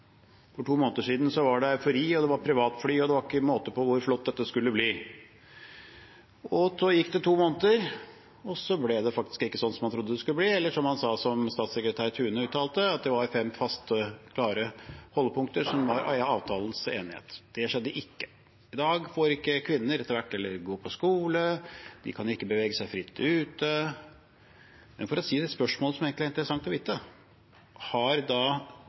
for to måneder siden. Det var eufori, det var privatfly, og det var ikke måte på hvor flott dette skulle bli. Så gikk det to måneder, og det ble ikke sånn som man trodde det skulle bli, eller som man sa. Statssekretær Thune uttalte at det var fem faste, klare holdepunkter som var avtalens enighet. Det skjedde ikke. I dag får ikke kvinner gå på skole, og de kan ikke bevege seg fritt ute. Men for å stille det spørsmålet som egentlig er interessant å få svar på: Har